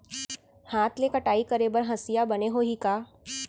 हाथ ले कटाई करे बर हसिया बने होही का?